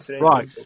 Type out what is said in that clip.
Right